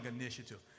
initiative